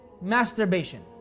masturbation